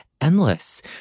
endless